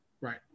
Right